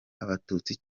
abatutsi